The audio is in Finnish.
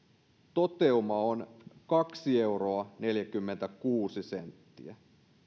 toteuma on kaksi euroa neljäkymmentäkuusi senttiä